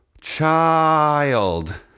Child